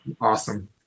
awesome